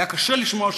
והיה קשה לשמוע,